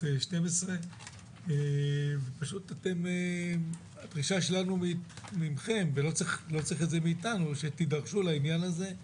12. הבקשה שלנו מכם שתידרשו לעניין הזה,